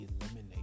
eliminate